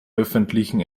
öffentlichen